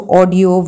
audio